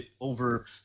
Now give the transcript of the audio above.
over